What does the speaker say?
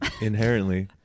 inherently